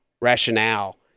rationale